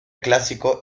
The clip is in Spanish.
clásico